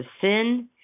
sin